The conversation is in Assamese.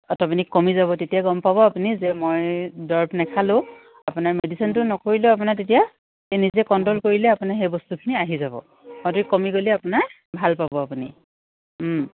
অটমেটিক কমি যাব তেতিয়া গম পাব আপুনি যে মই দৰৱ নাখালেও আপোনাৰ মেডিচিনটো নকৰিলেও আপোনাৰ তেতিয়া নিজে কণ্ট্ৰ'ল কৰিলে আপুনি সেই বস্তুখিনি আহি যাব কমি গ'লে আপোনাৰ ভাল পাব আপুনি